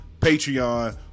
Patreon